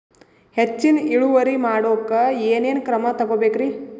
ಹೆಚ್ಚಿನ್ ಇಳುವರಿ ಮಾಡೋಕ್ ಏನ್ ಏನ್ ಕ್ರಮ ತೇಗೋಬೇಕ್ರಿ?